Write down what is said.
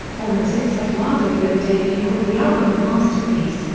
allmusic's eduardo rivadavia call the album a masterpiece,